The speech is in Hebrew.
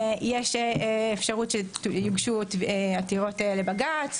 יש אפשרות שיוגשו עתירות לבג"ץ,